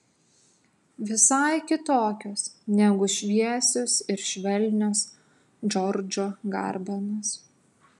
visai kitokios negu šviesios ir švelnios džordžo garbanos